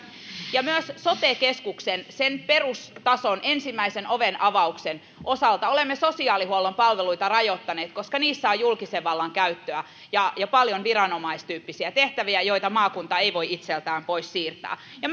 myös sote keskuksen sen perustason ensimmäisen ovenavauksen osalta olemme sosiaalihuollon palveluita rajoittaneet koska niissä on julkisen vallan käyttöä ja ja paljon viranomaistyyppisiä tehtäviä joita maakunta ei voi itseltään pois siirtää ja